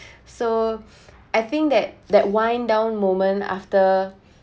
so I think that that wind down moments after